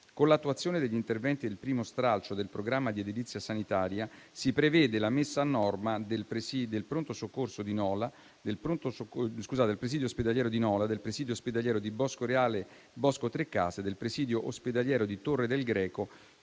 Con l'attuazione degli interventi del primo stralcio del programma di edilizia sanitaria si prevede la messa a norma del presidio ospedaliero di Nola, del presidio ospedaliero di Boscoreale-Boscotrecase e del presidio ospedaliero di Torre del Greco,